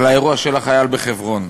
לאירוע של החייל בחברון.